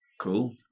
Cool